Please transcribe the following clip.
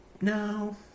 No